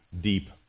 deep